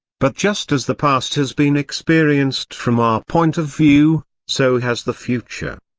but just as the past has been experienced from our point of view, so has the future.